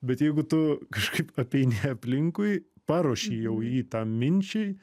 bet jeigu tu kažkaip apeini aplinkui paruoši jau jį tai minčiai